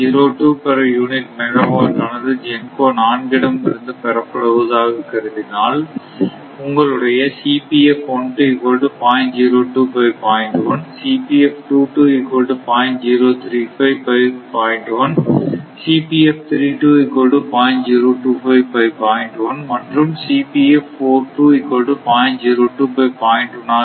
02 per unit megawatt ஆனது GENCO 4 இடமும் இருந்து பெறப்படுவதால் கருதினால் உங்களுடைய மற்றும் ஆக இருக்கும்